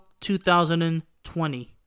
2020